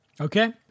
Okay